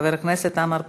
חבר הכנסת עָמָר בר-לב,